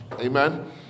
Amen